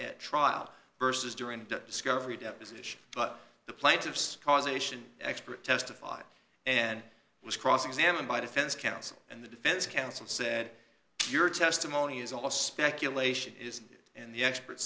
at trial versus during the discovery deposition but the plaintiff's causation expert testified and was cross examined by defense counsel and the defense counsel said your testimony is all speculation is in the expert